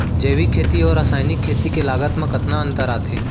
जैविक खेती अऊ रसायनिक खेती के लागत मा कतना अंतर आथे?